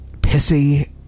pissy